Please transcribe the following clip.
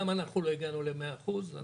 גם אנחנו לא הגענו למאה אחוז.